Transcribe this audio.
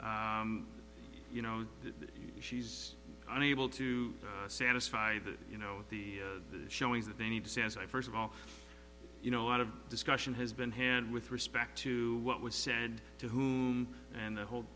you know that she's unable to satisfy the you know the showing that they need to says i first of all you know a lot of discussion has been hand with respect to what was said to whom and the whole